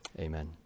Amen